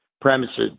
premises